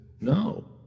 no